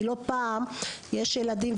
כי לא פעם יש ילדים,